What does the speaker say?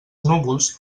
núvols